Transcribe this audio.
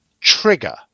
Trigger